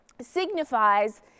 signifies